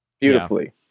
Beautifully